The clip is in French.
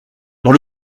dans